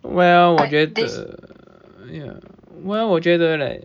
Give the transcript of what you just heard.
well 我觉得 ya well 我觉得 like